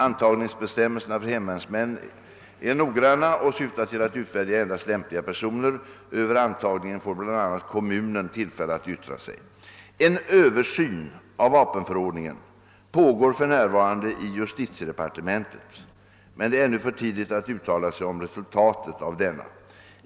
Antagningsbestämmelserna för hemvärnsmän är noggranna och syftar till att utvälja endast lämpliga personer. Över antagningen får bl.a. kommunen tillfälle att yttra sig. En översyn av vapenförordningen pågår för närvarande i justitiedepartementet men det är ännu för tidigt att uttala sig om resultatet av denna.